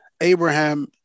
Abraham